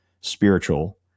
spiritual